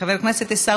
חבר הכנסת ישראל אייכלר,